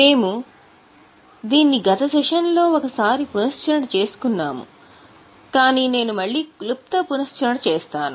మేము దీన్ని గత సెషన్ లో ఒకసారి పునశ్చరణ చేసుకున్నాము కాని నేను క్లుప్త పునశ్చరణ చేస్తాను